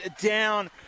down